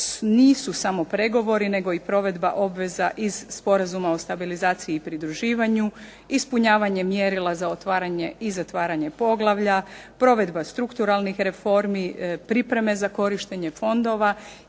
nisu samo pregovori nego i provedba obveza iz Sporazuma o stabilizaciji i pridruživanju, ispunjavanje mjerila za otvaranje i zatvaranje poglavlja, provedba strukturalnih reformi, pripreme za korištenje fondova